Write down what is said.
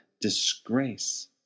disgrace